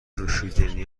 نوشیدنی